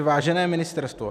Vážené ministerstvo,